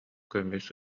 көмүс